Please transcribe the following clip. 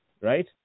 right